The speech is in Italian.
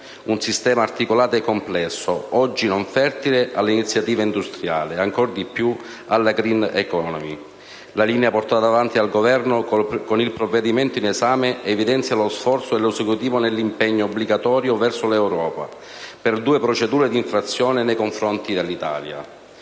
un sistema articolato e complesso, oggi non fertile all'iniziativa industriale e, ancor di più, alla *green economy*. La linea portata avanti dal Governo con il provvedimento in esame evidenzia lo sforzo dell'Esecutivo nell'impegno, obbligatorio, verso l'Europa per due procedure di infrazione nei confronti dell'Italia,